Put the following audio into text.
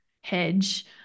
hedge